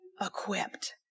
equipped